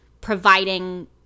providing